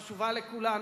חשובה לכולנו,